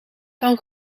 kan